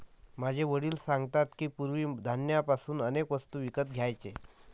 माझे वडील सांगतात की, पूर्वी धान्य पासून अनेक वस्तू विकत घ्यायचे